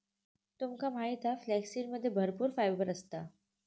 तुमका माहित हा फ्लॅक्ससीडमध्ये भरपूर फायबर असता